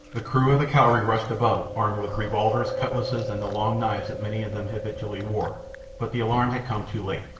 the crew of the cowrie rushed above armed with revolvers, cutlasses, and the long knives that many of them habitually wore but the alarm had come too late.